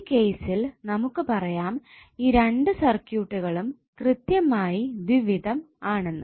ഈ കേസിൽ നമുക്ക് പറയാം ഈ രണ്ടു സർക്യൂട്ടുകളും കൃത്യമായി ദ്വിവിധം ആണെന്ന്